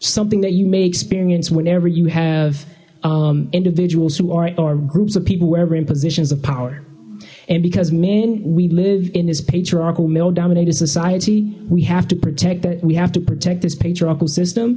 something that you may experience whenever you have individuals who are groups of people wherever in positions of power and because men we live in this patriarchal male dominated society we have to protect that we have to protect this patriarchal system